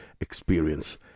experience